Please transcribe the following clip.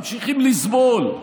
ממשיכים לסבול.